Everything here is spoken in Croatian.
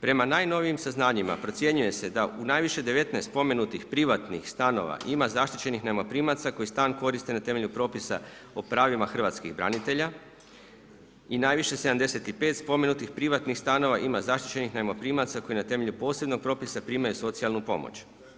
Prema najnovijim saznanjima, procjenjuje se da u najviše 19 spomenutih privatnih stanova, ima zaštićenih najmoprimaca, koji stan koriste na temelju propisa o pravima hrvatskim branitelja i najviše 75 spomenuti privatnih stanova ima zaštićenih najmoprimaca, koji na temelju posebnog propisa primaju socijalnu pomoć.